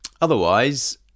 Otherwise